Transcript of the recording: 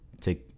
take